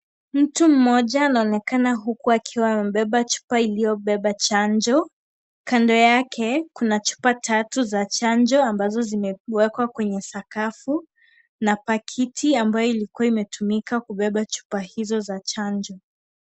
Mtu mmoja anaonekana huku akiwa amebeba chupa iliyobeba chanjo . Kando yake kuna chupa tatu za chanjo ambazo zimewekwa kwenye sakafu na pakiti ambayo ilikuwa imetumika kubeba chupa hzio za chanjo.